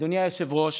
אדוני היושב-ראש,